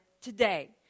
today